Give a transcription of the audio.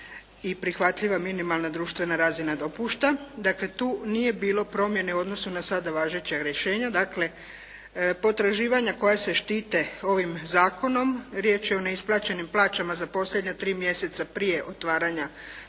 i prihvatljiva minimalna društvena razina dopušta. Dakle, tu nije bilo promjene u odnosu na sada važeća rješenja. Dakle, potraživanja koja se štite ovim zakonom, riječ je o neisplaćenim plaćama za posljednja 3 mjeseca prije otvaranja